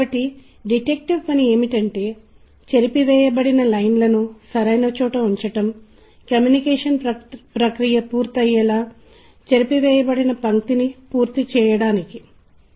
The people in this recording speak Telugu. కాబట్టి సంగీతం అనేది మన సందర్భానుసారమైన సంస్కృతిలో వ్యాపించి ఉన్న విషయం మరియు యువత సంస్కృతిలో ఎక్కువ భాగం సంగీతం వినడానికి ఇష్టపడుతుంది దాని కోసం కాదు వేరే ఏదైనా చేస్తున్నప్పుడు డ్రైవింగ్ చేయడం విశ్రాంతి కోసం కొంత వరకు వినడం వంటివి లేదా స్టడీస్ చేస్తున్నప్పుడు ఏమైనా కావచ్చు